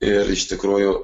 ir iš tikrųjų